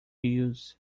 use